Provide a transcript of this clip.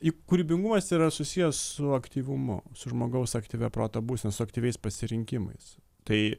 i kūrybingumas yra susijęs su aktyvumu su žmogaus aktyvia proto būsena su aktyviais pasirinkimais tai